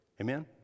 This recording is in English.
Amen